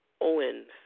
Owens